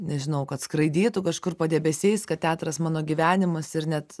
nežinau kad skraidytų kažkur padebesiais kad teatras mano gyvenimas ir net